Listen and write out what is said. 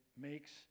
makes